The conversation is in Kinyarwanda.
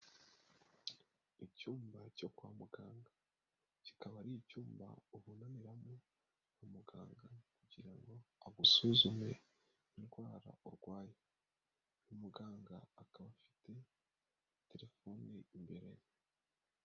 Icyumba cyo kwa muganga. Kikaba ari icyumba ubonaniramo na muganga kugira ngo agusuzume indwara urwaye. Umuganga akaba afite terefone imbere ye.